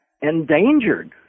endangered